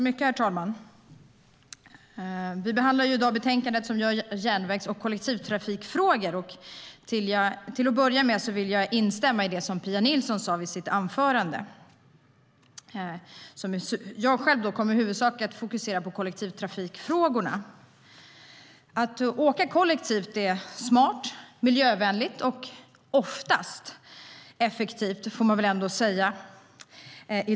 Herr talman! Vi behandlar i dag betänkandet som rör järnvägs och kollektivtrafikfrågor. Till att börja med vill jag instämma i det som Pia Nilsson sa i sitt anförande. Jag själv kommer i huvudsak att fokusera på kollektivtrafikfrågorna. Att åka kollektivt är smart, miljövänligt och oftast effektivt, får man väl ändå säga.